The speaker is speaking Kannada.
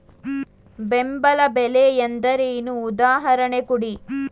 ಬೆಂಬಲ ಬೆಲೆ ಎಂದರೇನು, ಉದಾಹರಣೆ ಕೊಡಿ?